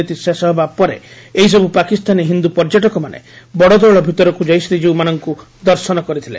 ଆଜି ଶ୍ରୀମ ହେବାପରେ ଏହିସବୁ ପାକିସ୍ତାନୀ ହିନ୍ଦୁ ପର୍ଯ୍ୟଟକମାନେ ବଡଦେଉଳ ଭିତରକୁ ଯାଇ ଶ୍ରୀକୀଉମାନଙ୍କୁ ଦର୍ଶନ କରିଥିଲେ